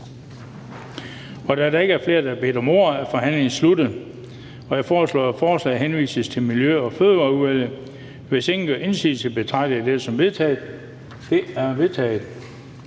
Da der ikke er flere, der har bedt om ordet, er forhandlingen sluttet. Jeg foreslår, at forslaget henvises til Miljø- og Fødevareudvalget. Hvis ingen gør indsigelse, betragter jeg dette som vedtaget. Det er vedtaget.